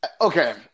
Okay